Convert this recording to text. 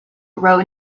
wrote